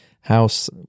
House